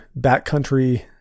backcountry